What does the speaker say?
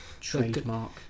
Trademark